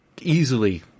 easily